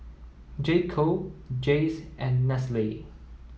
J Co Jays and Nestle